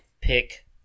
pick